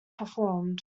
performed